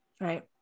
right